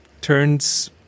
turns